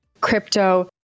crypto